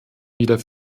wieder